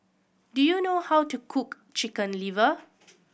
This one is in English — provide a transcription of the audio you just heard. do you know how to cook Chicken Liver